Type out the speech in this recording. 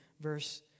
Verse